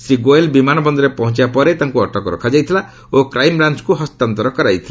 ଶ୍ରୀ ଗୋଏଲ ବିମାନବନ୍ଦରରେ ପହଞ୍ଚବା ପରେ ତାଙ୍କୁ ଅଟକ ରଖାଯାଇଥିଲା ଓ କ୍ରାଇମ୍ବ୍ରାଞ୍ଚକୁ ହସ୍ତାନ୍ତର କରାଯାଇଥିଲା